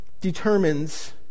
determines